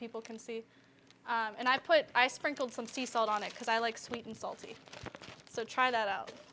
people can see and i put i sprinkled some sea salt on it because i like sweet and salty so try that out